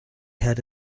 had